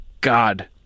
God